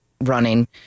running